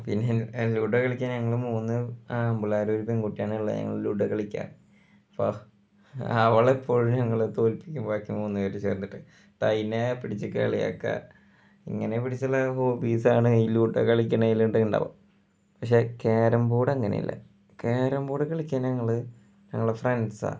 പിന്നെ ലുഡോ കളിക്കാൻ ഞങ്ങൾ മൂന്നും ആൺപിള്ളേരും ഒരു പെൺകുട്ടിയാണ് ലുഡോ കളിക്കാൻ ഇപ്പം അവളെപ്പോഴും ഞങ്ങളെ തോൽപ്പിക്കും ബാക്കി മൂന്ന് പേര് ചേർന്നിട്ട് അപ്പം അതിനെ പിടിച്ച് കാലിയാക്കുക ഇങ്ങനെ പിടിച്ചുള്ള ഹോബീസാണ് ഈ ലുഡോ കളിക്കണതിലൂടെ ഉണ്ടാകും പക്ഷേ കാരം ബോർഡ് അങ്ങനെ അല്ല കാരം ബോർഡ് കളിയ്ക്കാൻ ഞങ്ങൾ ഞങ്ങളുടെ ഫ്രണ്ട്സാണ്